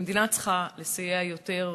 המדינה צריכה לסייע יותר,